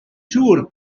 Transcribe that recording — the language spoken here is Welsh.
siŵr